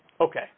okay